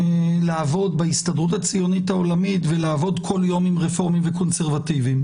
לעבוד בהסתדרות הציונית העולמית ולעבוד כל יום עם רפורמים וקונסרבטיבים,